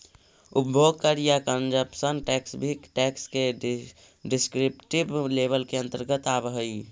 उपभोग कर या कंजप्शन टैक्स भी टैक्स के डिस्क्रिप्टिव लेबल के अंतर्गत आवऽ हई